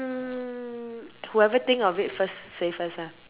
mm whoever think of it first say first lah